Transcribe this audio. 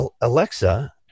Alexa